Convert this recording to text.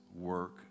work